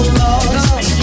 lost